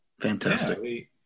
Fantastic